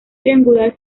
triangular